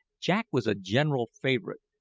jack was a general favourite,